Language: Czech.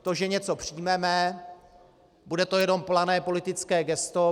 To, že něco přijmeme, bude to jenom plané politické gesto.